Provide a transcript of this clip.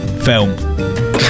film